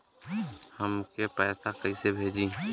हमके पैसा कइसे भेजी?